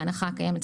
בהנחה הקיימת,